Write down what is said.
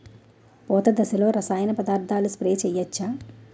పూత దశలో రసాయన పదార్థాలు స్ప్రే చేయచ్చ?